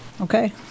okay